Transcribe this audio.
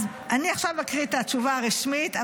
עכשיו אקריא את התשובה הרשמית.